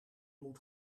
moet